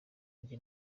nge